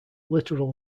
literal